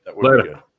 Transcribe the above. Later